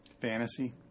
Fantasy